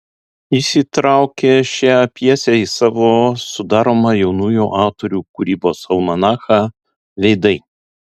jis įtraukė šią pjesę į savo sudaromą jaunųjų autorių kūrybos almanachą veidai